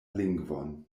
lingvon